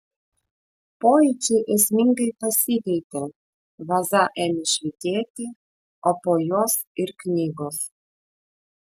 pojūčiai esmingai pasikeitė vaza ėmė švytėti o po jos ir knygos